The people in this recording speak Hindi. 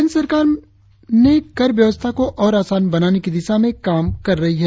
केंद्र सरकार देश में कर व्यवस्था को और आसान बनाने की दिशा में काम कर रही है